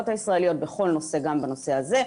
הישראליות בכל נושא וגם בנושא הזה,